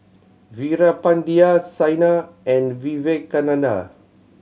Veerapandiya Saina and Vivekananda